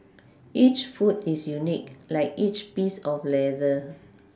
each foot is unique like each piece of leather